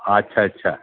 अच्छा अच्छा